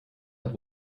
hat